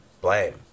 blame